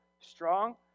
strong